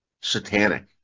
satanic